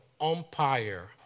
umpire